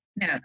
no